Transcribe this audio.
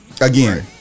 again